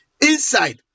inside